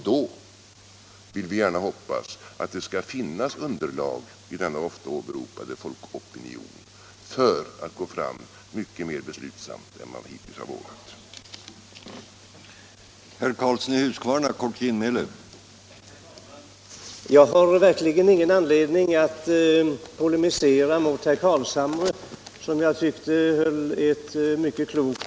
Vi vill gärna hoppas att det då skall finnas underlag i den ofta åberopade folkopinionen för att gå fram mycket mera beslutsamt än vad vi hittills har vågat göra.